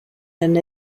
and